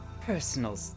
personal